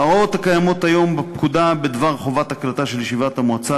ההוראות הקיימות היום בפקודה בדבר חובת הקלטה של ישיבת מועצה,